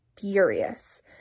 furious